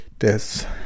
des